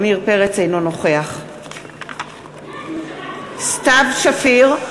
אינו נוכח סתיו שפיר,